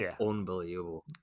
unbelievable